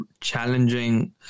challenging